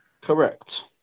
Correct